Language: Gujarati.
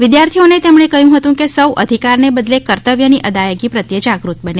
વિદ્યાર્થીઓને તેમણે કહ્યું હતું કે સૌ અધિકાર ને બદલે કર્તવ્ય ની અદાયગી પ્રત્યે જાગૃત બને